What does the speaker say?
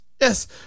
yes